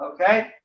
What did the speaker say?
Okay